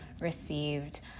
received